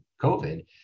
COVID